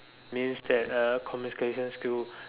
means that uh communication skill